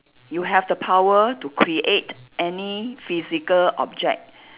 you have the power to create any physical object